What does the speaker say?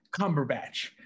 Cumberbatch